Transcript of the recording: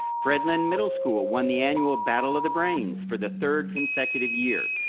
fred lynn middle school won the annual battle of the brains for the third consecutive year.